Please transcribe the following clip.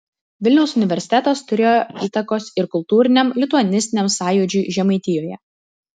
vilniaus universitetas turėjo įtakos ir kultūriniam lituanistiniam sąjūdžiui žemaitijoje